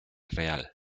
real